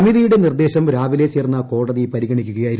സമിതിയുടെ നിർദ്ദേശം രാവിലെ ചേർന്ന കോടതി പരിഗണിക്കുകയായിരുന്നു